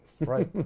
Right